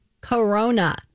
corona